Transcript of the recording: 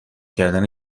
کردن